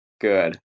Good